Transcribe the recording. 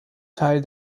teil